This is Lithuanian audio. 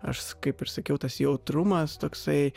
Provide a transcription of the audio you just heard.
aš kaip ir sakiau tas jautrumas toksai